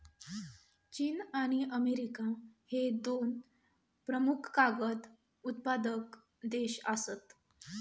चीन आणि अमेरिका ह्ये दोन प्रमुख कागद उत्पादक देश आसत